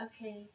okay